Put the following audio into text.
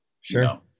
Sure